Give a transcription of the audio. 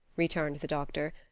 returned the doctor.